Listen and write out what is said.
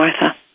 Martha